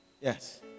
Yes